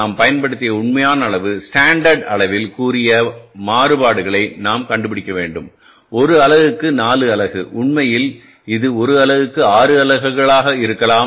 நாம் பயன்படுத்திய உண்மையான அளவு ஸ்டாண்டர்ட் அளவில் கூறிய மாறுபாடுகளை நாம் கண்டுபிடிக்க வேண்டும் 1 அலகுக்கு 4 அலகு உண்மையில் இது 1 அலகுக்கு 6 அலகுகளாக இருக்கலாம்